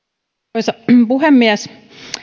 arvoisa puhemies